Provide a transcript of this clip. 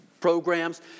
programs